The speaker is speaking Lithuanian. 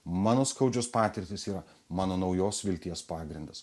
mano skaudžios patirtys yra mano naujos vilties pagrindas